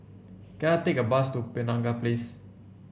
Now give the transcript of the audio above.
can I take a bus to Penaga Place